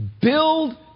build